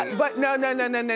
and but no, no, and and no,